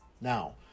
Now